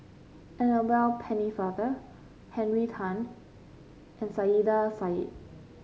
Annabel Pennefather Henry Tan and Saiedah Said